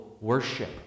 worship